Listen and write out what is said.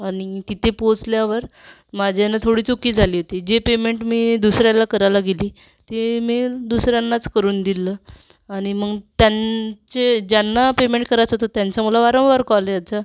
आणि तिथे पोचल्यावर माझ्याने थोडी चूक झाली होती जे पेमेंट मी दुसऱ्याला करायला गेली ते मी दुसऱ्यांनाच करुन दिलं आणि मग त्यांचे ज्यांना पेमेंट करायचं होते त्यांचा मला वारंवार कॉल यायचा